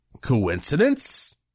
Coincidence